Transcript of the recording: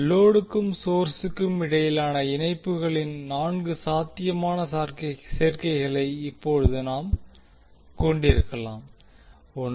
லோடுக்கும் சொர்ஸுக்கும் இடையிலான இணைப்புகளின் நான்கு சாத்தியமான சேர்க்கைகளை இப்போது நாம் கொண்டிருக்கலாம் 1